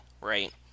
right